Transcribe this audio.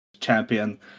champion